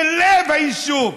בלב היישוב.